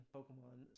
Pokemon